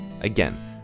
Again